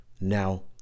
Now